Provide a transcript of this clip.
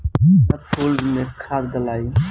गेंदा फुल मे खाद डालाई?